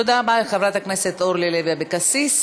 תודה רבה לחברת הכנסת אורלי לוי אבקסיס.